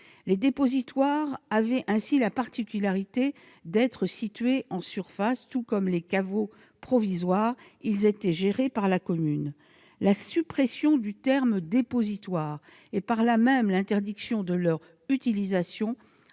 Les dépositoires avaient ainsi la particularité d'être situés en surface. Tout comme les caveaux provisoires, ils étaient gérés par la commune. La suppression du terme « dépositoire » et par là même l'interdiction de leur utilisation